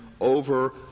over